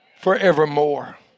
forevermore